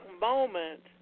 moment